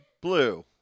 blue